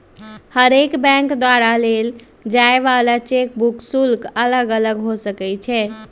हरेक बैंक द्वारा लेल जाय वला चेक बुक शुल्क अलग अलग हो सकइ छै